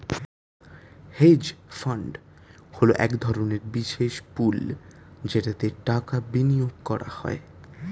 hedge fund হলো এক ধরনের বিশেষ পুল যেটাতে টাকা বিনিয়োগ করা হয়